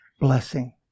blessing